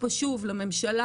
רק שאלת המשך.